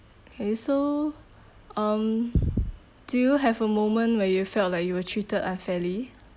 okay so um do you have a moment where you felt like you were treated unfairly